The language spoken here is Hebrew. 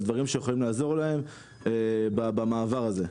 על דברים שיכולים לעזור להם במעבר הזה.